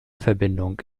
verbindung